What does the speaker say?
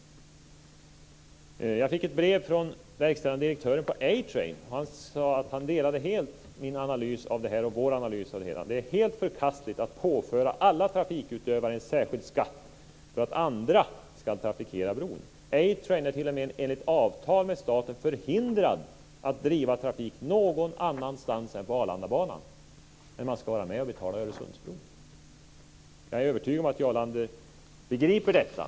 Jag fick ett brev från den verkställande direktören på A-Train. Han skrev att han helt delade vår analys av detta. Det är helt förkastligt att påföra alla trafikutövare en särskild skatt för att andra ska kunna trafikera bron. A-Train är t.o.m. enligt avtal med staten förhindrad att driva trafik någon annanstans än på Arlandabanan, men man måste vara med och betala Öresundsbron. Jag är övertygad om att Jarl Lander begriper detta.